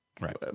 right